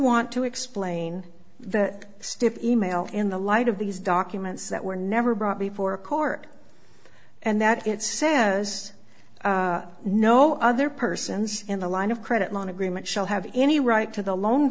want to explain that stiff e mail in the light of these documents that were never brought before a court and that it's sanchez no other persons in the line of credit line agreement shall have any right to the loan